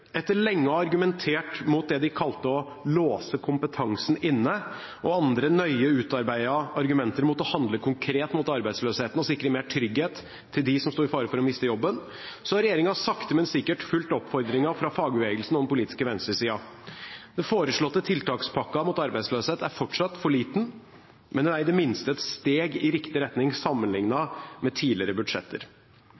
Etter lenge å ha argumentert mot det de kalte å låse kompetansen inne og andre nøye utarbeidede argumenter mot å handle konkret mot arbeidsløsheten og sikre mer trygghet til dem som sto i fare for å miste jobben, har regjeringen sakte, men sikkert fulgt oppfordringen fra fagbevegelsen og den politiske venstresida. Den foreslåtte tiltakspakken mot arbeidsløshet er fortsatt for liten, men er i det miste et steg i riktig retning